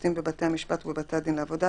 שופטים בבתי משפט ובבתי הדין לעבודה,